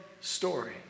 story